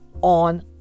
on